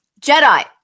Jedi